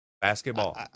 basketball